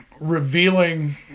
revealing